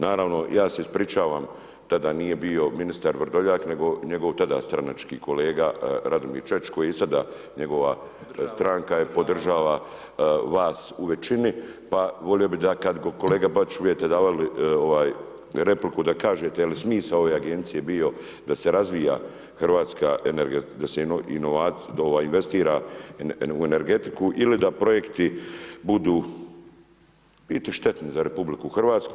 Naravno, ja se ispričavam, tada nije bio ministar Vrdoljak, nego njegov tada stranački kolega Radomir Čačić koji je i sada njegova stranka je podržala vas u većini, pa volio bih da kad kolega Bačić, budete davali repliku da kažete je li smisao ove Agencije bio da se razvija hrvatska energetska, da se investira u energetiku ili da projekti budu u biti štetni za RH.